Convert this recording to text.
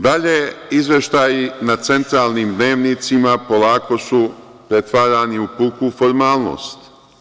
Dalje, izveštaji na centralnim dnevnicima polako su pretvarani u puku formalnost.